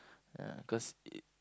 ah cause it